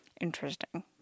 Interesting